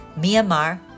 Myanmar